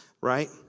right